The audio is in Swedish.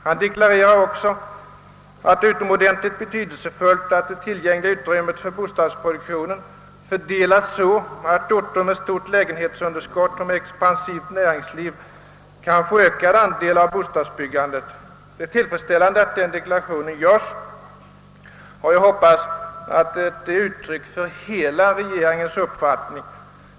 Han deklarerar också att det är utomordentligt betydelsefullt att det tillgängliga utrymmet för bostadsproduktion fördelas så att orter med stort lägenhetsunderskott och expansivt näringsliv kan få ökad andel av bostadsbyggandet. Det är tillfredsställande att denna deklaration görs, och jag hoppas att den är ett uttryck för hela regeringens uppfattning.